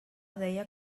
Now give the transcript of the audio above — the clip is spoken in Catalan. deia